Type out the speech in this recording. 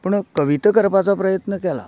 पूण कविता करपाचो प्रयत्न केलां